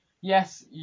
Yes